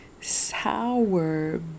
sour